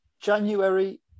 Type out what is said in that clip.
January